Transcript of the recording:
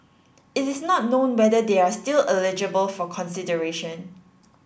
it is not known whether they are still eligible for consideration